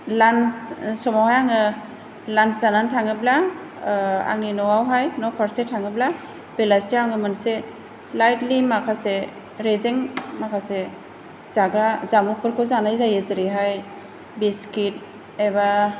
लान्स समावहाय आङो लान्स जानानै थाङोब्ला आंनि न'आवहाय न' फारसे थाङोब्ला बेलासियाव आङो मोनसे लाइटलि माखासे रेजें माखासे जाग्रा जामुंफोरखौ जानाय जायो जेरैहाय बिस्किट एबा